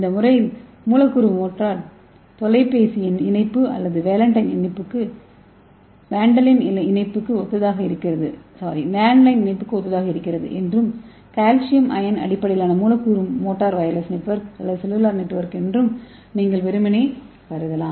இந்த மூலக்கூறு மோட்டார் தொலைபேசி இணைப்பு அல்லது லேண்ட்லைன் இணைப்புக்கு ஒத்ததாக இருக்கிறது என்றும் கால்சியம் அயன் அடிப்படையிலான மூலக்கூறு மோட்டார் வயர்லெஸ் நெட்வொர்க் அல்லது செல்லுலார் நெட்வொர்க் என்றும் நீங்கள் வெறுமனே கருதலாம்